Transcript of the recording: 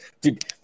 Dude